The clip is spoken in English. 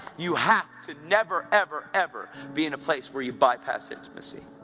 you have to never, ever, ever be in a place where you bypass intimacy.